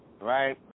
right